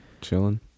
chilling